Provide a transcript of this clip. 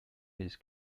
his